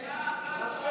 די לרשע שלך, רשע.